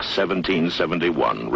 1771